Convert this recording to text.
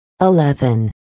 Eleven